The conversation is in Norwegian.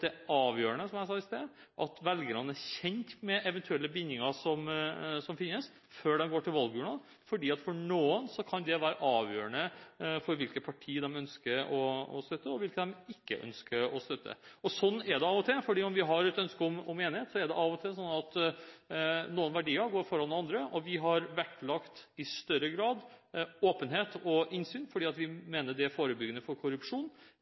det er avgjørende – som jeg sa i sted – at velgerne er kjent med eventuelle bindinger som finnes, før de går til valgurnene, fordi det for noen kan være avgjørende for hvilket parti de ønsker å støtte og hvilke de ikke ønsker å støtte. Sånn er det av og til. Selv om vi har et ønske om enighet, er det av og til sånn at noen verdier går foran andre. Vi har i større grad vektlagt åpenhet og innsyn fordi vi mener det forebygger korrupsjon, heller enn å ta hensyn til at det medfører noen merkostnader og ulemper for